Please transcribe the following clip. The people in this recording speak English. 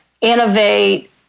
innovate